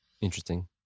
interesting